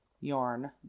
yarn